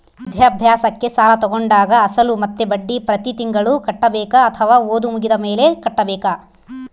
ವಿದ್ಯಾಭ್ಯಾಸಕ್ಕೆ ಸಾಲ ತೋಗೊಂಡಾಗ ಅಸಲು ಮತ್ತೆ ಬಡ್ಡಿ ಪ್ರತಿ ತಿಂಗಳು ಕಟ್ಟಬೇಕಾ ಅಥವಾ ಓದು ಮುಗಿದ ಮೇಲೆ ಕಟ್ಟಬೇಕಾ?